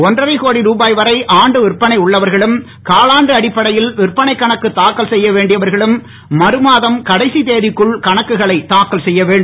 ஒன்றரை கோடி ருபாய் வரை ஆண்டு விற்பனை உள்ளவர்களும் காலாண்டு அடிப்படையில் விற்பனை கணக்கு தாக்கல் செய்ய வேண்டியவர்களும் மறுமாதம் கடைசி தேதிக்குன் கணக்குகளை தாக்கல் செய்ய வேண்டும்